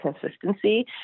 consistency